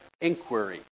inquiry